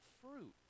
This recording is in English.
fruit